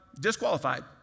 disqualified